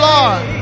Lord